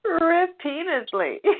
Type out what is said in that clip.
Repeatedly